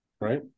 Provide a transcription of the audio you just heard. right